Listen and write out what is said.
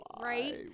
right